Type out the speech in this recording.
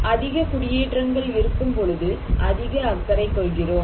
அதிக குடியேற்றங்கள் இருக்கும்பொழுது அதிக அக்கறை கொள்கிறோம்